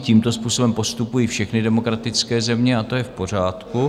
Tímto způsobem postupují všechny demokratické země a to je v pořádku.